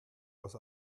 aus